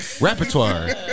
repertoire